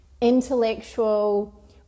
intellectual